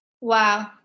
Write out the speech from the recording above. Wow